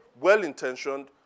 well-intentioned